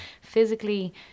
physically